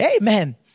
amen